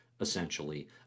essentially